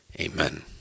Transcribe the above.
Amen